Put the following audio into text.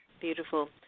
Beautiful